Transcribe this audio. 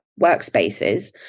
workspaces